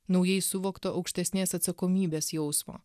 naujai suvokto aukštesnės atsakomybės jausmo